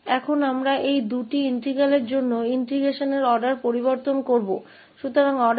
अब हम इन दो समाकलनों के समाकलन के क्रम को बदल देंगे